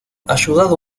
ayudado